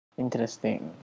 Interesting